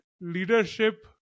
leadership